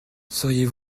seriez